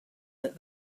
that